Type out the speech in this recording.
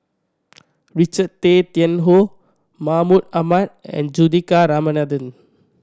Richard Tay Tian Hoe Mahmud Ahmad and Juthika Ramanathan